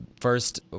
first